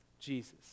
Jesus